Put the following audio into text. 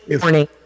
morning